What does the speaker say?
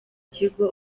kigo